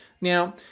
Now